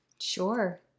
Sure